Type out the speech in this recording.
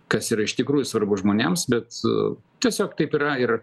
kas yra iš tikrųjų svarbu žmonėms bet tiesiog taip yra ir